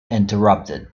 interrupted